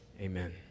amen